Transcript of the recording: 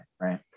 Right